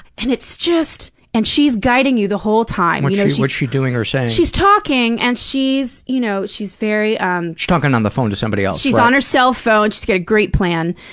and it's just and she's guiding you the whole time. and you know what's she doing or saying? she's talking and she's you know she's very. um she's talking on the phone to somebody else. she's on her cell phone. she's got a great plan.